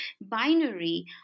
binary